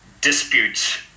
disputes